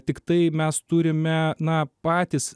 tiktai mes turime na patys